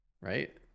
right